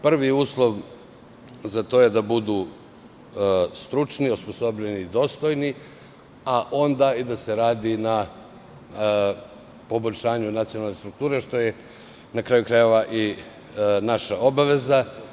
Prvi uslov za to je da budu stručni, osposobljeni i dostojni, a onda da se radi na poboljšanju nacionalne strukture, što je, na kraju krajeva, naša obaveza.